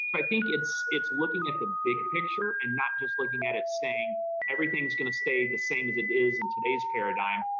i think it's it's looking at the big picture and not just looking at it saying everything's going to stay the same as it is in today's paradigm,